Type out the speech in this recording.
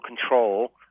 control